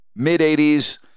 mid-'80s